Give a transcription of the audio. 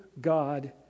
God